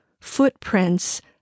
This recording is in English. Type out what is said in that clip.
footprints